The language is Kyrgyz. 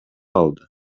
алды